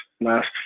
last